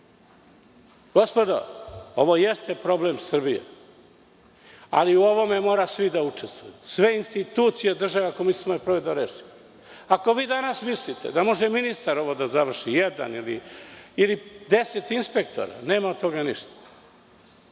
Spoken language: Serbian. me. Gospodo, ovo jeste problem Srbije, ali u ovome moraju svi da učestvuju, sve institucije države, ako mislimo ovaj problem da rešimo. Ako vi danas mislite da može ministar ovo da završi, jedan ili deset inspektora, nema od toga ništa.